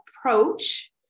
approach